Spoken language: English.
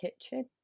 kitchen